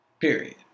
Period